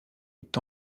est